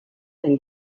sen